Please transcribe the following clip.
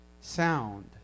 sound